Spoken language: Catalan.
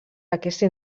aquesta